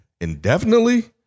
indefinitely